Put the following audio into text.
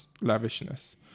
lavishness